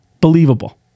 believable